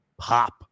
pop